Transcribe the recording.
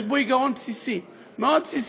יש בו היגיון בסיסי, מאוד בסיסי.